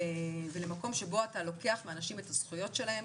ולמקום שבו אתה לוקח מאנשים את הזכויות שלהם.